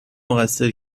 مقصر